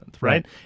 Right